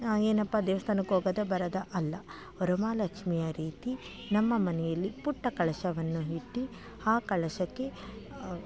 ಏನಪ್ಪ ದೇವಸ್ಥಾನಕ್ಕೆ ಹೋಗದ ಬರೋದ ಅಲ್ಲ ವರಮಹಾಲಕ್ಷ್ಮಿಯ ರೀತಿ ನಮ್ಮ ಮನೆಯಲ್ಲಿ ಪುಟ್ಟ ಕಳಶವನ್ನು ಇಟ್ಟು ಆ ಕಳಶಕ್ಕೆ